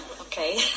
Okay